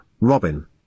Robin